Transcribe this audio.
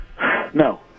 no